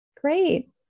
Great